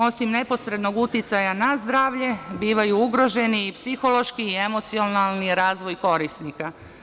Osim neposrednog uticaja na zdravlje bivaju ugroženi i psihološki i emocionalni razvoj korisnika.